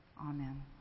Amen